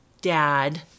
dad